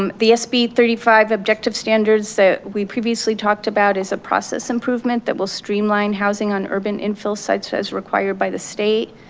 um the sb thirty five objective standards that we previously talked about is a process improvement that will streamline housing on urban infill sites as required by the state,